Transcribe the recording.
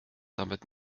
damit